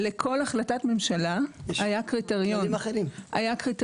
לכל החלטת ממשלה היה קריטריון ולכן,